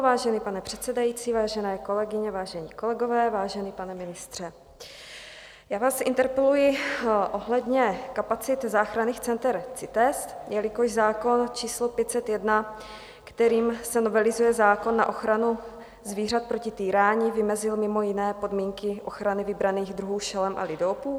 Vážený pane předsedající, vážené kolegyně, vážení kolegové, vážený pane ministře, já vás interpeluji ohledně kapacit záchranných center CITES, jelikož zákon č. 501, kterým se novelizuje zákon na ochranu zvířat proti týrání, vymezil mimo jiné podmínky ochrany vybraných druhů šelem a lidoopů.